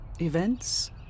events